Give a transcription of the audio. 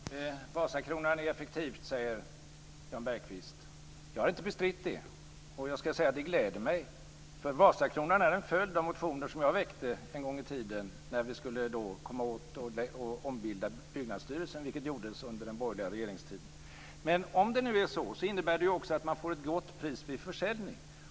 Fru talman! Vasakronan är effektivt, säger Jan Bergqvist. Jag har inte bestritt det. I stället kan jag säga att det gläder mig, för Vasakronan är en följd av motioner som jag en gång i tiden väckte när vi skulle ombilda Byggnadsstyrelsen, vilket gjordes under den borgerliga regeringstiden. Om det nu är på nämnda sätt innebär det ju också att man får ett gott pris vid försäljning.